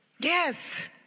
Yes